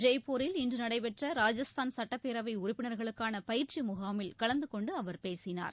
ஜெய்பூரில் இன்று நடைபெற்ற ராஜஸ்தான் சட்டப்பேரவை உறுப்பினர்களுக்கான பயிற்சி முகாமில் கலந்து கொண்டு அவர் பேசினார்